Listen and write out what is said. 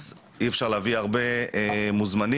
אי אפשר להביא הרבה מוזמנים,